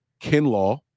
Kinlaw